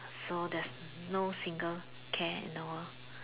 so there's no single care and no